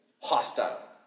hostile